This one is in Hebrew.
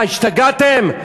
מה, השתגעתם?